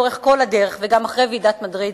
לאורך כל הדרך וגם אחרי ועידת מדריד,